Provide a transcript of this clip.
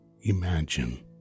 imagine